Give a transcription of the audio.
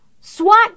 SWAT